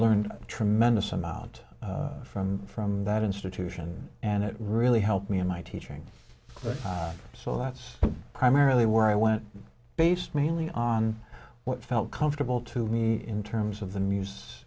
learned a tremendous amount from from that institution and it really helped me in my teaching so that's primarily where i went based mainly on what felt comfortable to me in terms of the news